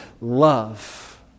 love